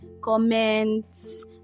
comments